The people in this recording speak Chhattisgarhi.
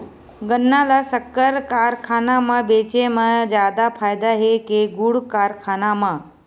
गन्ना ल शक्कर कारखाना म बेचे म जादा फ़ायदा हे के गुण कारखाना म?